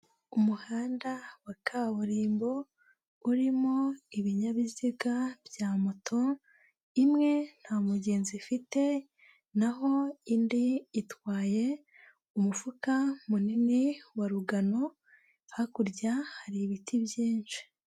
Umuhanda wa kaburimbo urimo ibinyabiziga bya moto, imwe nta mugezi ifite naho indi itwaye umufuka munini wa rugano, hakurya hari ibiti byinshi.